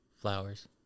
Flowers